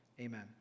Amen